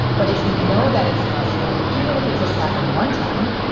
but if you know that it's possible, even if it just happened one time.